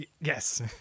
Yes